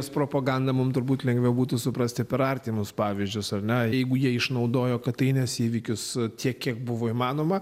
propaganda mums turbūt lengviau būtų suprasti per artimus pavyzdžius ar ne jeigu jie išnaudojo katynės įvykius tiek kiek buvo įmanoma